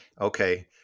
Okay